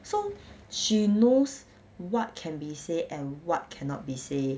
so she knows what can be said and what cannot be said